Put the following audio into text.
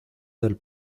del